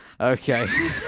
Okay